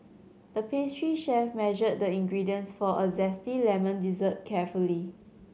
the pastry chef measured the ingredients for a zesty lemon dessert carefully